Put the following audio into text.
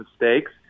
mistakes